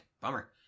Bummer